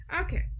Okay